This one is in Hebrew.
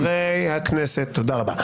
חברי הכנסת, תודה רבה.